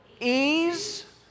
ease